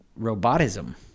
robotism